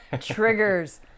triggers